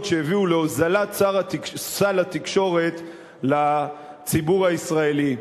שהביאו להוזלת סל התקשורת לציבור הישראלי.